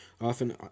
often